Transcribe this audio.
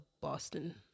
Boston